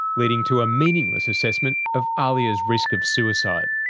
leading to a meaningless assessment of ahlia's risk of suicide.